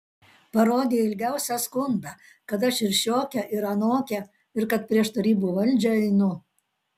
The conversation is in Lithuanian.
parodė ilgiausią skundą kad aš ir šiokia ir anokia ir kad prieš tarybų valdžią einu